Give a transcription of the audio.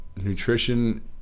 nutrition